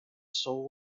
soul